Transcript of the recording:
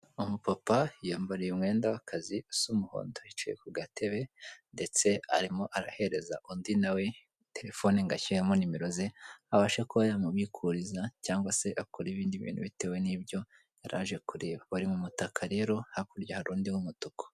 Umupapa yiyambariye umwenda w'akazi usa umuhondo, yicaye ku gatebe ndetse arimo arahereza undi na we terefone ngo ashyiremo nimero ze, abashe kuba yamubikuriza cyangwa se akora ibindi bintu bitewe n'ibyo yari aje kureba. Bari mu mutaka rero, hakurya hari undi w'umutuku.